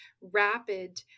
rapid